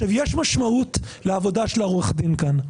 יש משמעות לעבודת העורך דין כאן.